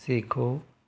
सीखो